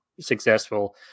successful